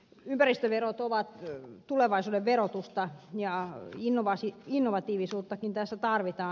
ympäristöverot ovat tulevaisuuden verotusta ja innovatiivisuuttakin tässä tarvitaan